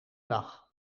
dag